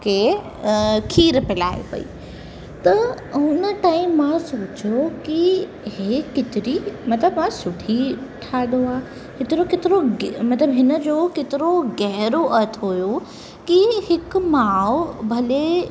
खे खीर पियारे पेई त हुन टाइम मां सोचियो कि इहे केतिरी मतलबु हा सुठी ठाहींदो आहे हेतिरो केतिरो ग मतलबु हिनजो केतिरो गहिरो अर्थ हुओ कि हिकु माउ भले